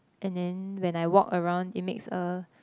and then when I walk around it makes a